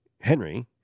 henry